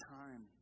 time